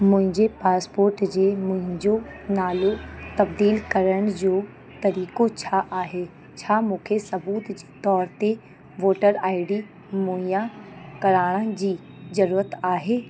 मंहिंजे passport जे मुहिंजो नालो तब्दीलु करण जो तरीक़ो छा आहे छा मूंखे सबूत जे तौरु ते वोटर आई डी मुहैया कराण जी जरूरत आहे